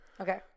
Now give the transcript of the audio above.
Okay